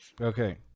Okay